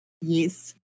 Yes